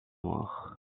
noir